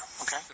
okay